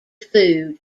food